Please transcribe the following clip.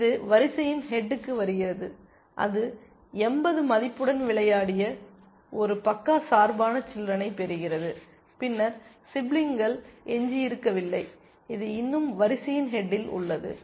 இது வரிசையின் ஹெட்க்கு வருகிறது அது 80 மதிப்புடன் விளையாடிய ஒரு பக்கச்சார்பான சில்றெனை பெறுகிறது பின்னர் சிப்லிங்கள் எஞ்சியிருக்கவில்லை இது இன்னும் வரிசையின் ஹெட்டில் உள்ளது